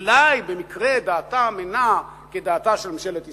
שאולי במקרה דעתם אינה כדעתה של ממשלת ישראל,